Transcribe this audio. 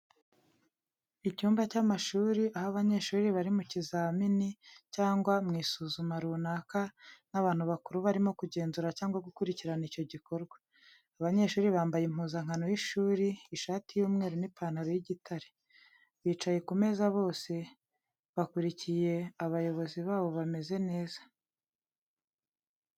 Icyumba cy'amashuri, aho abanyeshuri bari mu kizamini cyangwa mu isuzuma runaka n’abantu bakuru barimo kugenzura cyangwa gukurikirana icyo gikorwa. Abanyeshuri bambaye impuzankano y’ishuri, ishati y’umweru n’ipantaro y’igitare. Bicaye ku meza bose bakurikiye abayobozi babo bameze neza.